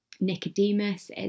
Nicodemus